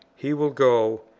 he will go,